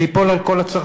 זה ייפול על כל הצרכנים.